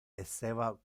esseva